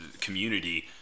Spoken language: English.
community